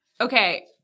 Okay